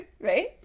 Right